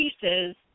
pieces